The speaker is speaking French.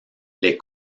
les